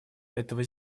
этого